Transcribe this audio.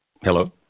Hello